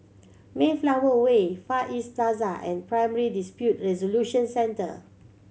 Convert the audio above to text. Mayflower Way Far East Plaza and Primary Dispute Resolution Centre